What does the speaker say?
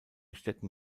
städten